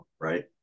right